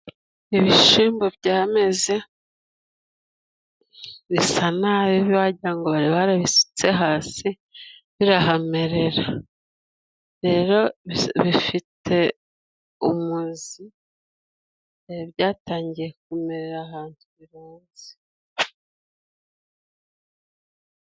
Ibishimbo byameze， bisa nabi wagira ngo bari barabisutse hasi birahamerera. Rero bifite umuzi byari byatangiye kumerera ahantu birenze.